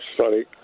sorry